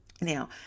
now